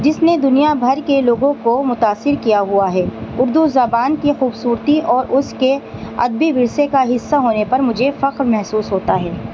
جس نے دنیا بھر کے لوگوں کو متاثر کیا ہوا ہے اردو زبان کی خوبصورتی اور اس کے ادبی ورثے کا حصہ ہونے پر مجھے فخر محسوس ہوتا ہے